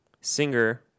singer